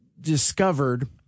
discovered